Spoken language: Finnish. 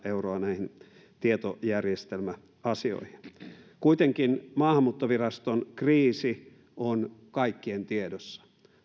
euroa näihin tietojärjestelmäasioihin kuitenkin maahanmuuttoviraston kriisi on kaikkien tiedossa